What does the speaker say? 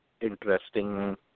interesting